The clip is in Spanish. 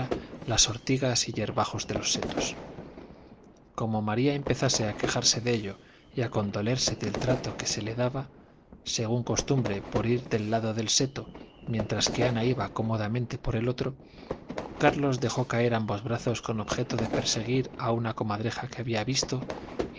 las ortigas y yerbajos de los setos como maría empezase a quejarse de ello y a condolerse del trato que se le daba según costumbre por ir del lado del seto mientras que ana iba cómodamente por el otro carlos dejó caer ambos brazos con objeto de perseguir a una comadreja que había visto